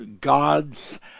gods